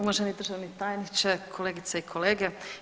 uvaženi državni tajniče, kolegice i kolege.